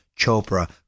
Chopra